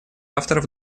авторов